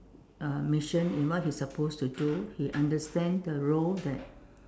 uh mission in what he is supposed to do he understand the role that